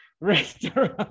restaurant